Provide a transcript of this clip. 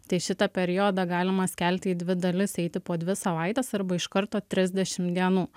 tai šitą periodą galima skelti į dvi dalis eiti po dvi savaites arba iš karto trisdešimt dienų